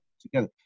together